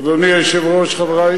גם על הצעה זו ישיב השר ישראל כץ,